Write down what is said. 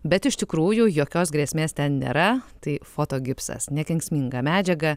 bet iš tikrųjų jokios grėsmės ten nėra tai foto gipsas nekenksminga medžiaga